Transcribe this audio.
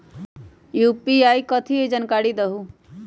UPI कथी है? जानकारी दहु